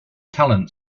talent